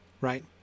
right